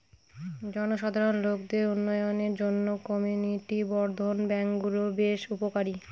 জনসাধারণ লোকদের উন্নয়নের জন্য কমিউনিটি বর্ধন ব্যাঙ্কগুলা বেশ উপকারী